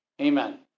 Amen